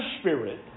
Spirit